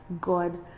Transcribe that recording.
God